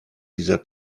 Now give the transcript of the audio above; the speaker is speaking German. dieser